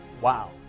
Wow